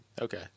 okay